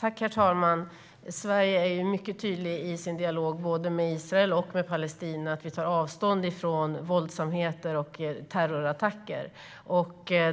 Herr talman! Sverige är i sin dialog med både Israel och Palestina mycket tydligt med att vi tar avstånd från våldsamheter och terrorattacker.